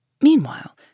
Meanwhile